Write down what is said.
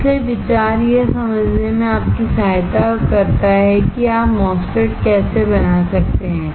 इसलिए विचार यह समझने में आपकी सहायता करता है कि आप MOSFET कैसे बना सकते हैं